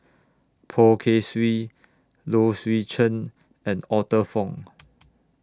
Poh Kay Swee Low Swee Chen and Arthur Fong